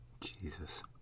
Jesus